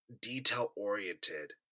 detail-oriented